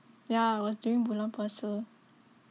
ya it was during bulan puasa